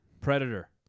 Predator